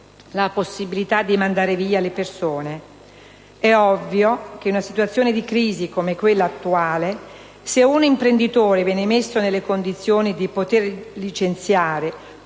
la possibilità di mandar via le persone. È ovvio che, in una situazione di crisi come quella attuale, se un imprenditore viene messo nelle condizioni di poter licenziare,